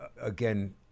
again